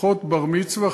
לפחות בר-מצווה,